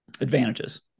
advantages